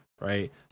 right